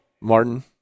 Martin